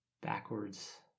backwards